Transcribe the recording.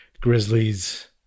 Grizzlies